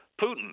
Putin